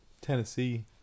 tennessee